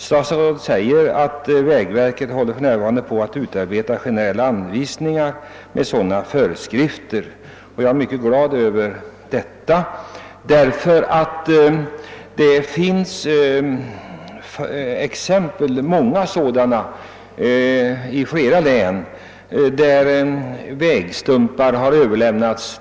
Statsrådet nämnde, att vägverket för närvarande håller på att utarbeta generella anvisningar med föreskrift om att de aktuella vägarna ur standardsynpunkt automatiskt skall bli statsbidragsberättigade. Jag är mycket glad över detta.